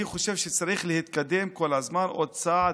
אני חושב שצריך להתקדם כל הזמן עוד צעד